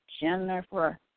Jennifer